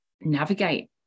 navigate